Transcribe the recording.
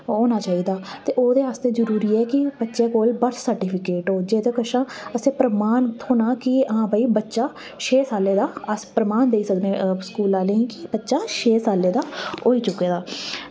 होना चाहिदा ते ओह्दे आस्तै जरूरी ऐ कि बच्चे कोल बर्थ सर्टिफिकेट हो जेह्दे कशा असें ई प्रमाण थ्होना कि हां भई बच्चा छेऽ सालें दा अस प्रमाण देई सकने स्कूल आह्लें गी कि बच्चा छेऽ सालें दा होई चुके दा ऐ